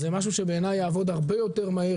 זה משהו שבעיני יעבוד הרבה יותר מהר.